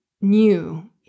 new